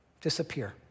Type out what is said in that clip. Disappear